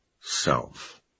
self